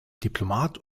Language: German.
diplomat